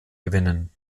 gewinnen